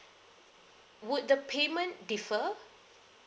would the payment differ